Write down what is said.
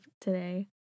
today